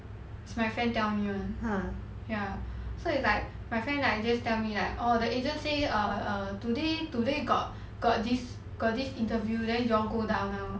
it's my friend tell me [one] ya so it's like my friend like just tell me like orh the agency err err err today today got got this got this interview then you all go down now